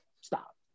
stop